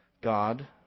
God